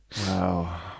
Wow